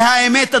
והאמת,